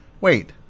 wait